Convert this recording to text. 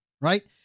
right